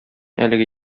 әлеге